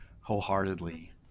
wholeheartedly